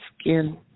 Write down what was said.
skin